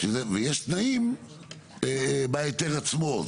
ויש תנאים בהיתר עצמו.